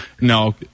No